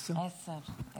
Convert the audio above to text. עשר?